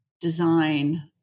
design